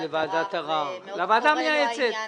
להסמיך ועדת ערר -- למה אי אפשר לוועדת ערר?